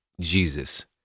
Jesus